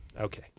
Okay